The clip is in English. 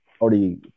already